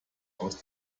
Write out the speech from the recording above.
aus